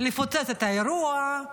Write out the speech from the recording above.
לפוצץ את האירוע,